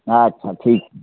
अच्छा ठीक छै